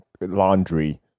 Laundry